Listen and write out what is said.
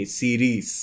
series